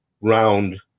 round